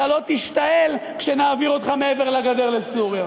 אתה לא תשתעל כשנעביר אותך מעבר לגדר לסוריה.